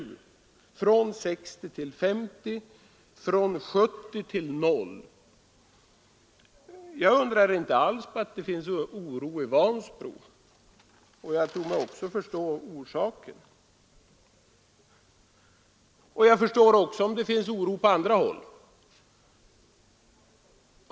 Antalet anställda har alltså minskat från 60 till ca 10 och från 70 till 0. Jag undrar inte alls över att det förekommer oro i Vansbro, och jag tror mig också förstå orsaken. Jag förstår även om det finns oro på andra håll.